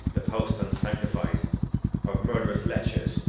the post unsanctified of murtherous lechers